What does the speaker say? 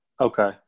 Okay